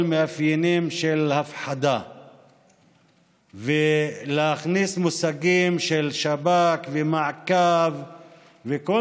מאפיינים של הפחדה ולהכניס מושגים של שב"כ ומעקב וכל